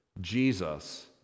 Jesus